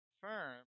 firm